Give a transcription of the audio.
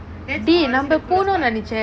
that's all it's the coolest part